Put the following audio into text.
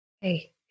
Hey